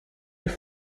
your